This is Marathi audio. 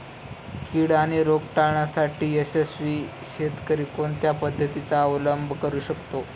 कीड आणि रोग टाळण्यासाठी यशस्वी शेतकरी कोणत्या पद्धतींचा अवलंब करू शकतो?